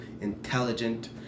intelligent